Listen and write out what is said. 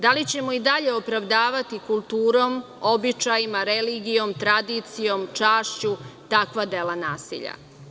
Da li ćemo i dalje opravdavati kulturom, običajima, religijom, tradicijom, čašću, takva dela nasilja.